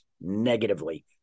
negatively